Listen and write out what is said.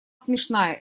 смешная